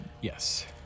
Yes